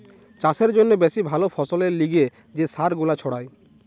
চাষের জন্যে বেশি ভালো ফসলের লিগে যে সার গুলা ছড়ায়